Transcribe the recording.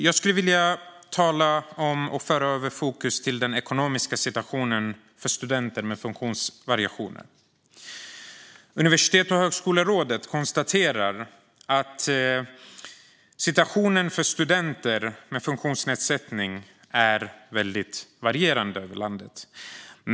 Jag skulle vilja tala om och föra över fokus till den ekonomiska situationen för studenter med funktionsvariationer. Universitets och högskolerådet konstaterar att situationen för studenter med funktionsnedsättning är väldigt varierande över landet.